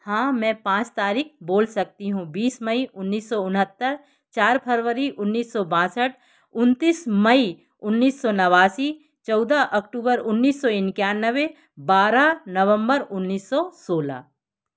हाँ मैं पाँच तारीख़ बोल सकती हूँ बीस मई उन्नीस सौ उनहत्तर चार फरवरी उन्नीस सौ बासठ उनतीस मई उन्नीस सौ नवासी चौदह अक्टूबर उन्नीस सौ इक्यानवे बारह नवम्बर उन्नीस सौ सोलह